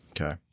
okay